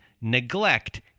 neglect